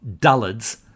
dullards